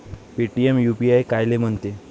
Paytm UPI कायले म्हनते?